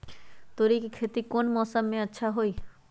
तोड़ी के खेती कौन मौसम में अच्छा होई?